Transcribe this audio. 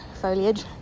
foliage